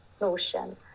notion